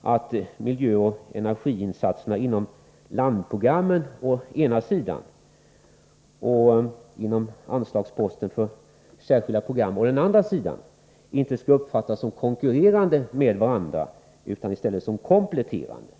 att miljöoch energiinsatserna inom landprogrammen å ena sidan och inom anslagsposten Särskilda program å andra sidan inte skall uppfattas såsom konkurrerande med varandra utan såsom kompletterande varandra.